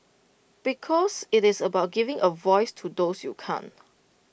because IT is about giving A voice to those you can't